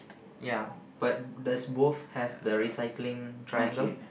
ya but does both have the recycling triangle